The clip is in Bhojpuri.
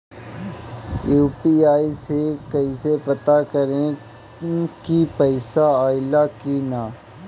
यू.पी.आई से कईसे पता करेम की पैसा आइल की ना?